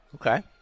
Okay